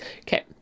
Okay